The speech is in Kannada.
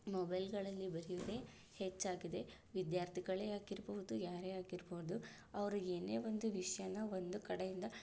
ಮೊಬೈಲ್ಗಳಲ್ಲಿ ಬರೆಯೋದೇ ಹೆಚ್ಚಾಗಿದೆ ವಿದ್ಯಾರ್ಥಿಗಳೇ ಆಗಿರ್ಬೋದು ಯಾರೇ ಆಗಿರ್ಬೋದು ಅವರಿಗೇನೇ ಒಂದು ವಿಷಯಾನ ಒಂದು ಕಡೆಯಿಂದ